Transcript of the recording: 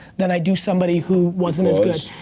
than i do somebody who wasn't as good.